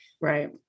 right